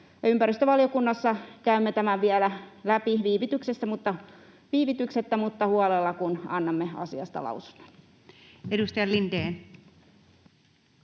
Ympäristövaliokunnassa käymme tämän vielä läpi viivytyksettä mutta huolella, kun annamme asiasta lausunnon.